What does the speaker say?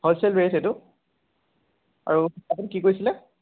wholesale rate সেইটো আৰু আপুনি কি কৈছিলে